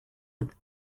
with